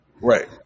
Right